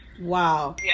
wow